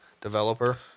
developer